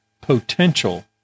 potential